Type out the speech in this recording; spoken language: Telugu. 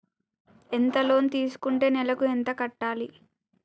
ఎంత లోన్ తీసుకుంటే నెలకు ఎంత కట్టాలి?